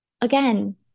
again